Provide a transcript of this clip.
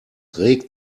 regt